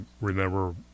remember